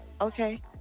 okay